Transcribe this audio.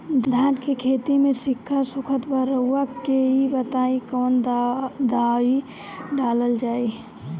धान के खेती में सिक्का सुखत बा रउआ के ई बताईं कवन दवाइ डालल जाई?